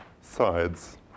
sides